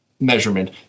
measurement